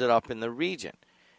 it up in the region